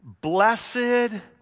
blessed